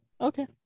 Okay